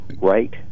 Right